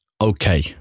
okay